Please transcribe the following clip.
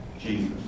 Jesus